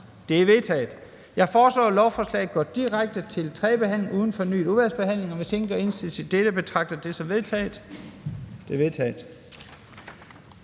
De er vedtaget. Jeg foreslår, at lovforslaget går direkte til tredje behandling uden fornyet udvalgsbehandling, og hvis ingen gør indsigelse mod dette, betragter jeg det som vedtaget. Det er vedtaget.